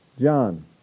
John